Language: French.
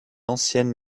ancienne